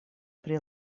pri